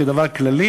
כדבר כללי,